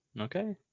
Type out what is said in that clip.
Okay